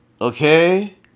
Okay